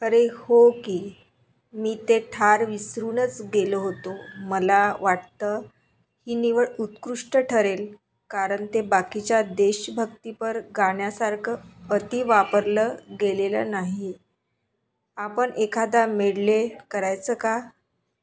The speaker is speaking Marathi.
अरे हो की मी ते ठार विसरूनच गेलो होतो मला वाटतं ही निवड उत्कृष्ट ठरेल कारण ते बाकीच्या देशभक्तीपर गाण्यांसारखं अति वापरलं गेलेलं नाही आहे आपण एखादा मेडले करायचा का